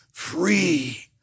free